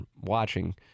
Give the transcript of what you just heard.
watching